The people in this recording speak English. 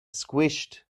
squished